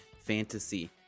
Fantasy